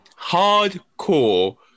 hardcore